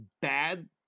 bad